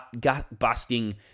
gut-busting